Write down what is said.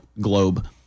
globe